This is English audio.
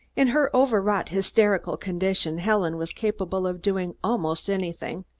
in her overwrought, hysterical condition, helen was capable of doing almost anything.